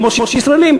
כמו שישראלים,